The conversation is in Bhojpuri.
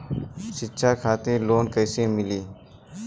शिक्षा खातिर लोन कैसे मिली?